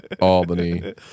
Albany